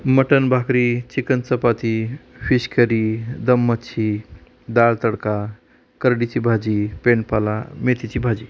mutton भाकरी chicken chapati fish curry दम मच्छी डाळ तडका करडीची भाजी पेंडपाला मेथीची भाजी